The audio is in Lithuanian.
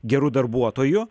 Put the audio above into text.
geru darbuotoju